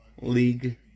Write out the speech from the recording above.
league